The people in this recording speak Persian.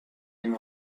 این